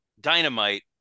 Dynamite